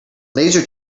laser